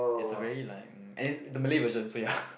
is a very like um and the Malay version so ya